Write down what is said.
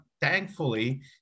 thankfully